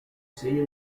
segno